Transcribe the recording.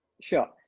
sure